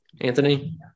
Anthony